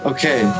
Okay